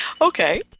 Okay